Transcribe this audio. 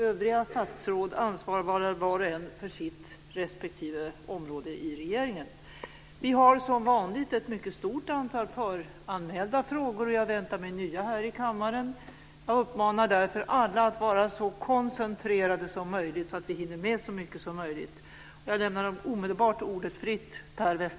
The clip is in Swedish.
Övriga statsråd ansvarar var och en för sitt respektive område i regeringen. Vi har som vanligt ett mycket stort antal föranmälda frågor, och jag väntar mig nya här i kammaren. Jag uppmanar därför alla att vara så koncentrerade som möjligt så att vi hinner med så mycket som möjligt. Jag lämnar omedelbart ordet fritt.